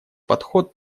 подход